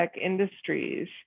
industries